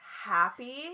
happy